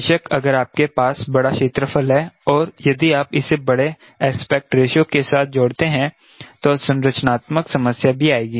बेशक अगर आपके पास बड़ा क्षेत्रफल है और यदि आप इसे बड़े एस्पेक्ट रेशो के साथ जोड़ते हैं तो संरचनात्मक समस्या भी आएगी